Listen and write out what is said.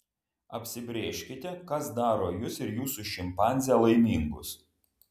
apsibrėžkite kas daro jus ir jūsų šimpanzę laimingus